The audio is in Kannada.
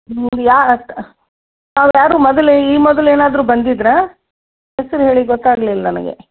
ನೋಡಿ ಯಾರು ಅತ್ ತಾವು ಯಾರು ಮೊದಲು ಈ ಮೊದಲು ಏನಾದರೂ ಬಂದಿದ್ರಾ ಹೆಸ್ರು ಹೇಳಿ ಗೊತ್ತಾಗ್ಲಿಲ್ಲ ನನಗೆ